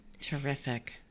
Terrific